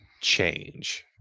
change